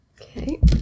okay